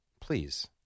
Please